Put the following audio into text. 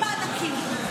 עם מענקים,